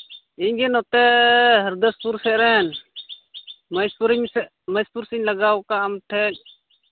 ᱤᱧᱜᱮ ᱱᱚᱛᱮ ᱦᱚᱨᱤᱫᱟᱥᱯᱩᱨ ᱥᱮᱫ ᱨᱮᱱ ᱢᱚᱡᱽᱯᱩᱨ ᱢᱚᱡᱽᱯᱩᱨ ᱥᱮᱫ ᱞᱟᱜᱟᱣ ᱠᱟᱜᱼᱟ ᱟᱢ ᱴᱷᱮᱱ